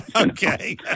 Okay